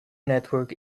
network